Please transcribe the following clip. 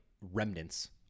remnants